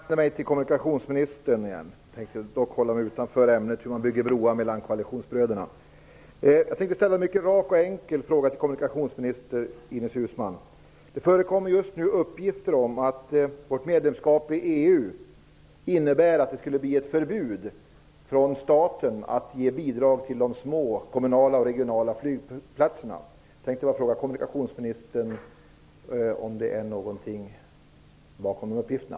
Fru talman! Jag vänder mig till kommunikationsministern igen. Jag skall dock hålla mig borta från ämnet hur man bygger broar mellan koalitionsbröderna. Jag tänker ställa en mycket rak och enkel fråga till kommunikationsminister Ines Uusmann. Det förekommer just nu uppgifter om att vårt medlemskap i EU innebär att det skulle bli ett statligt förbud mot att ge bidrag till de små kommunala och regionala flygplatserna. Jag vill fråga kommunikationsministern om det ligger någonting bakom de uppgifterna.